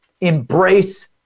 embrace